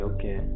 Okay